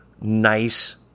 nice